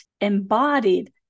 embodied